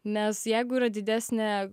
nes jeigu yra didesnė